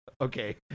Okay